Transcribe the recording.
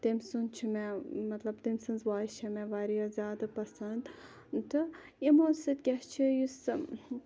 تٔمۍ سُنٛد چھُ مےٚ مَطلَب تٔمۍ سٕنٛز وایِس چھِ مےٚ واریاہ زیادٕ پَسَنٛد تہٕ یِمو سۭتۍ کیاہ چھُ یُس